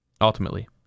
Ultimately